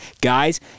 guys